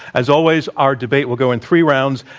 as always, our debate will go in three rounds,